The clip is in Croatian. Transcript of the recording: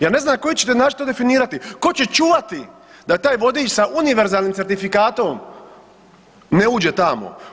Ja ne znam na koji ćete način to definirati, tko će čuvati da taj vodič sa univerzalnim certifikatom ne uđe tamo.